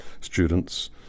students